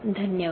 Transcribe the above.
धन्यवाद